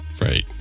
Right